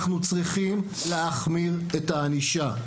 אנחנו צריכים להחמיר את הענישה.